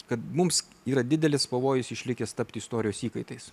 kad mums yra didelis pavojus išlikęs tapti istorijos įkaitais